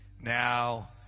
Now